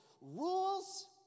Rules